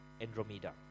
Andromeda